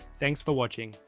thanks for watching,